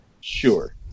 sure